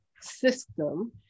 system